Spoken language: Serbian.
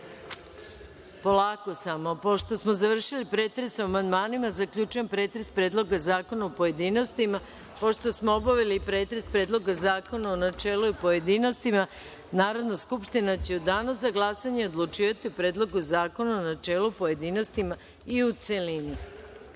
grupa DS.Pošto smo završili pretres o amandmanima, zaključujem pretres Predloga zakona u pojedinostima. Pošto smo obavili pretres Predloga zakona u načelu i u pojedinostima, Narodna skupština će u Danu za glasanje odlučivati o Predlogu zakona u načelu, pojedinostima i u celini. Primili